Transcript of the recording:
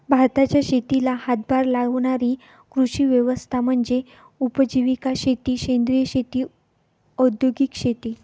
भारताच्या शेतीला हातभार लावणारी कृषी व्यवस्था म्हणजे उपजीविका शेती सेंद्रिय शेती औद्योगिक शेती